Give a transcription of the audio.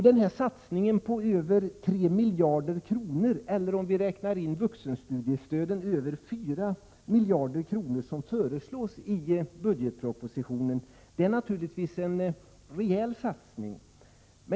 Den satsning på över 3 miljarder kronor — eller om vi räknar in vuxenstudiestöden, över 4 miljarder kronor — som föreslås i budgetpropositionen är naturligtvis en rejäl satsning.